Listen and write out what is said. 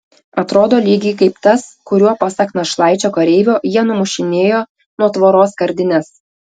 atrodo lygiai kaip tas kuriuo pasak našlaičio kareivio jie numušinėjo nuo tvoros skardines